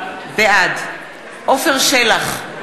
בעד עפר שלח,